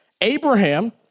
Abraham